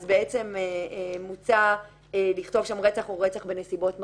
אז מוצע לכתוב שם: רצח או רצח בנסיבות מחמירות,